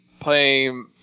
playing